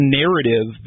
narrative